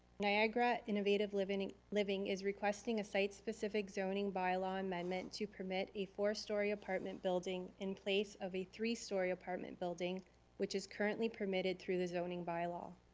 niagara innovative living living is requesting a site specific zoning bylaw amendment to permit a four story apartment building in place of a three story apartment building which is currently permitted through the zoning bylaw.